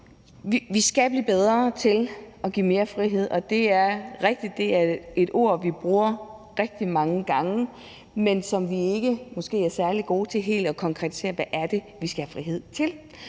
Vi skal blive bedre til at give mere frihed, og det er rigtigt, at det er et ord, vi bruger rigtig mange gange, men vi er måske ikke særlig gode til at konkretisere, hvad det er, vi skal have frihed til.